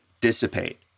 dissipate